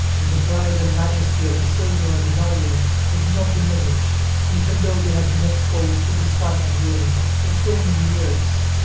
and the pride and majesty of isildur and anarion was not diminished even though they had been exposed to the suna nd rain for so many years.